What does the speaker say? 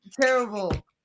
terrible